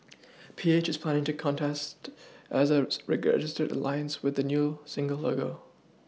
P H is planning to contest as a registered alliance with a new single logo